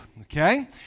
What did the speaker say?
Okay